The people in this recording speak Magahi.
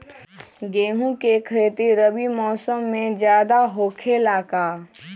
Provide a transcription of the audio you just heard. गेंहू के खेती रबी मौसम में ज्यादा होखेला का?